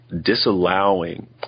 disallowing